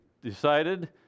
decided